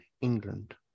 England